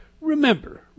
Remember